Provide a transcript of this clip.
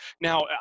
now